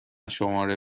شماره